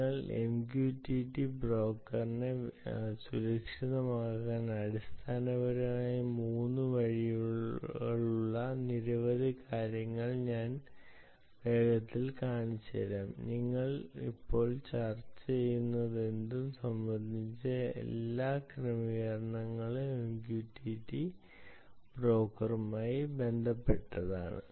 നിങ്ങളുടെ MQTT ബ്രോക്കറെ സുരക്ഷിതമാക്കാൻ അടിസ്ഥാനപരമായി 3 വഴികളുള്ള നിരവധി കാര്യങ്ങൾ ഞാൻ വേഗത്തിൽ കാണിച്ചുതരാം നമ്മൾ ഇപ്പോൾ ചർച്ച ചെയ്യുന്നതെന്തും സംബന്ധിച്ച എല്ലാ ക്രമീകരണങ്ങളും MQTT ബ്രോക്കറുമായി ബന്ധപ്പെട്ടതാണ്